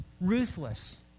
ruthless